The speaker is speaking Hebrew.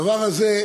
הדבר הבא,